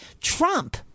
Trump